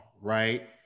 right